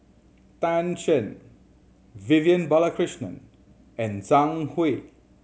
Tan Shen Vivian Balakrishnan and Zhang Hui